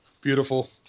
beautiful